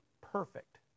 perfect